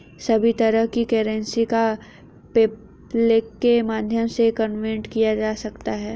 सभी तरह की करेंसी को पेपल्के माध्यम से कन्वर्ट किया जा सकता है